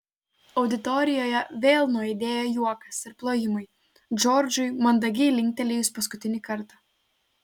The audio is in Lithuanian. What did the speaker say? auditorijoje vėl nuaidėjo juokas ir plojimai džordžui mandagiai linktelėjus paskutinį kartą